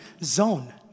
zone